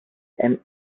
and